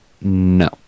No